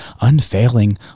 unfailing